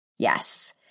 Yes